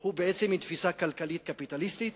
הוא בעצם עם תפיסה כלכלית קפיטליסטית.